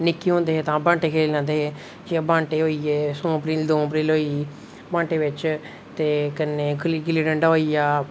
निक्के होंदे हे तां बांटे खेढी लैंदे हे जि'यां बांटे होई गे सौंपरिल दौंपरिल होई बांटै बिच जि'यां कि गिल्ली डंडा होई गेआ